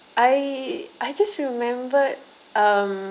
I I just remembered um